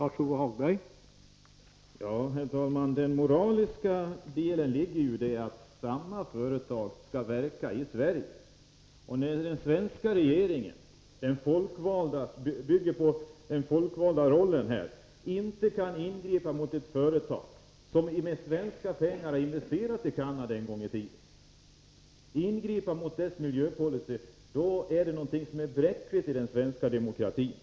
Herr talman! Den moraliska aspekten ligger i att samma företag skall verka i Sverige. När den svenska regeringen, som bygger på folkval, inte kan ingripa mot ett företag som en gång i tiden har investerat svenska pengar i Canada — då är det något som är bräckligt i den svenska demokratin.